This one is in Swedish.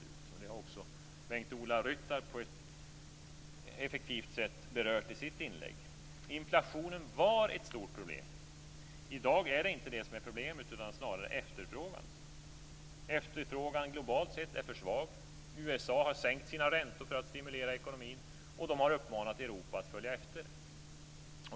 Det har också Bengt-Ola Ryttar på ett effektivt sätt berört i sitt inlägg. Inflationen var ett stort problem. I dag är det inte det som är problemet, utan snarare efterfrågan. Efterfrågan globalt sett är för svag. USA har sänkt sina räntor för att stimulera ekonomin, och de har uppmanat Europa att följa efter.